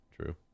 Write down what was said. true